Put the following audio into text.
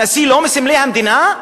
הנשיא לא מסמלי המדינה?